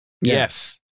Yes